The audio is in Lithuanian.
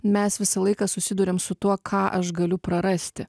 mes visą laiką susiduriam su tuo ką aš galiu prarasti